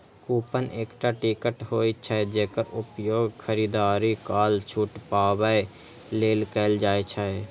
coupon एकटा ticket होइ छै, जेकर उपयोग खरीदारी काल छूट पाबै लेल कैल जाइ छै